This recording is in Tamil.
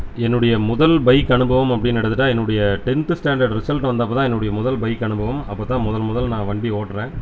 என்னுடைய முதல் பைக் அனுபவம் அப்படின்னு எடுத்துகிட்டா என்னுடைய டென்த் ஸ்டாண்டர்ட் ரிசல்ட் வந்தப்போ தான் என்னுடைய முதல் பைக் அனுபவம் அப்போதான் முதல் முதல் நான் வண்டி ஒட்டுறேன்